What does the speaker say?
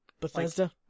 Bethesda